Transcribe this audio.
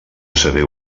saber